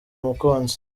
umukunzi